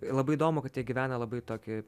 labai įdomu kad jie gyvena labai tokį